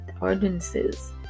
ordinances